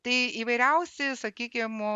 tai įvairiausi sakykim